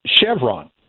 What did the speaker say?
Chevron